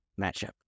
matchup